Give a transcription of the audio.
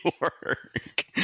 work